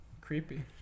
creepy